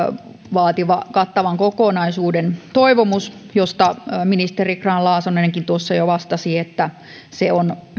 vaativa kattavan kokonaisuuden toivomus josta ministeri grahn laasonenkin jo vastasi että se on